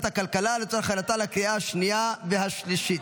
הכלכלה לצורך הכנתה לקריאה השנייה והשלישית.